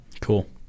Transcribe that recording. Cool